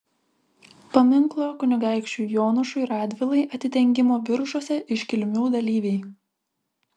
paminklo kunigaikščiui jonušui radvilai atidengimo biržuose iškilmių dalyviai